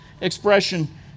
expression